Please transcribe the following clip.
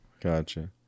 Gotcha